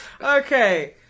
Okay